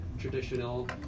traditional